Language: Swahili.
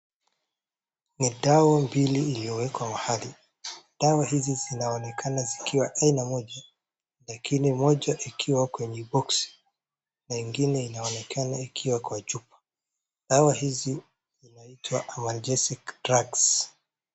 Ni dawa mbili iliyowekwa mahali, dawa hizi zinaonekana zikiwa aina moja, lakini moja ikiwa kwenye boxi na ingine inaonekana ikiwa kwa chupa. Dawa hizi zinaitwa Analgesic drugs .